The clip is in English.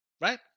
Right